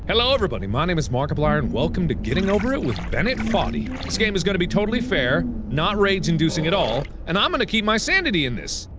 hello everybody, my name is markiplier and welcome to getting over it with bennett foddy. this game is gonna be totally fair, not rage-indicuing at all, and i'm gonna keep my sanity in this!